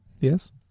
Yes